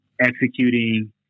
executing